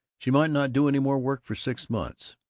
she might not do any more work for six months.